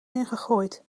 ingegooid